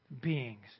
beings